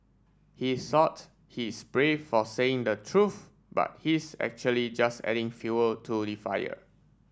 he thought he's brave for saying the truth but he's actually just adding fuel to the fire